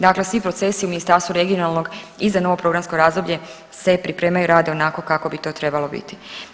Dakle, svi procesi u Ministarstvu regionalnog i za novo programsko razdoblje se priprema i radi onako kako bi to trebalo biti.